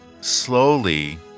slowly